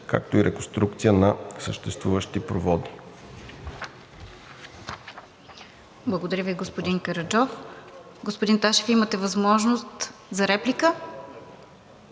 както и реконструкция на съществуващи проводи.